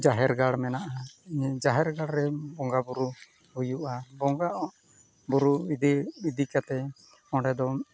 ᱡᱟᱦᱮᱨ ᱜᱟᱲ ᱢᱮᱱᱟᱜᱼᱟ ᱡᱟᱦᱮᱨ ᱜᱟᱲᱨᱮ ᱵᱚᱸᱜᱟᱼᱵᱩᱨᱩ ᱦᱩᱭᱩᱜᱼᱟ ᱵᱚᱸᱜᱟᱼᱵᱩᱨᱩ ᱤᱫᱤ ᱤᱫᱤ ᱠᱟᱛᱮᱫ ᱚᱸᱰᱮᱫᱚ